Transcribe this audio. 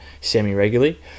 semi-regularly